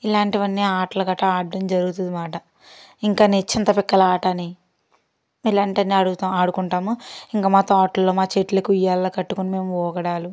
ఇలాంటివన్నీ ఆటలు గటా ఆడటం జరుగుతుంది అన్నమాట ఇంకా చింత పిక్కల ఆట అని ఇలాంటివి అన్నీ అడుగుతు ఆడుకుంటాము ఇంక మా తొట్లలో మా చెట్లకు ఉయ్యాలలు కట్టుకొని మేం ఊగడాలు